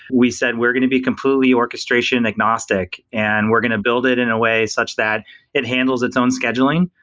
we said we're going to be completely orchestration agnostic and we're going to build it in a way such that it handles its own scheduling,